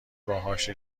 باهاش